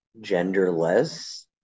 genderless